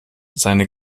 seine